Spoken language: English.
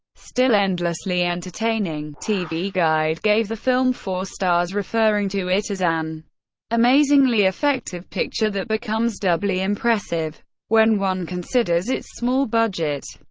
still endlessly entertaining. tv guide gave the film four stars referring to it as an amazingly effective picture that becomes doubly impressive when one considers its small budget.